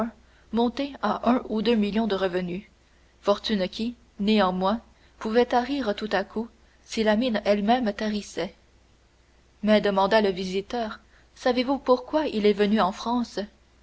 monter à un ou deux millions de revenu fortune qui néanmoins pouvait tarir tout à coup si la mine elle-même tarissait mais demanda le visiteur savez-vous pourquoi il est venu en france